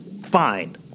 Fine